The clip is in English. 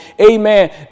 Amen